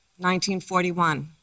1941